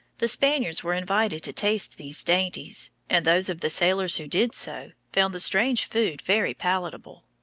the spaniards were invited to taste these dainties, and those of the sailors who did so found the strange food very palatable.